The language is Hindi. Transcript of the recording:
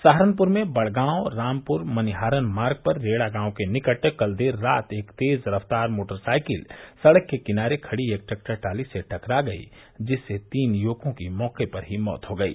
सहारनपुर में बड़गांव रामपुर मनिहारन मार्ग पर रेड़ा गांव के निकट कल देर रात एक तेज रफ्तार मोटरसाइकिल सड़क के किनारे खड़ी एक ट्रैक्टर ट्रॉली से टकरा गयी जिससे तीन युवकों की मौके पर ही मौत हो गयी